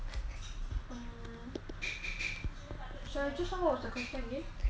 die tomorrow what is the one thing you want you want to do is it or something like that or or what is it that you want to do today